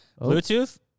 Bluetooth